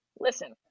listen